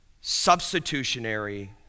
substitutionary